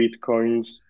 bitcoins